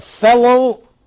fellow